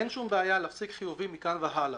אין שום בעיה להפסיק חיובים מכאן והלאה,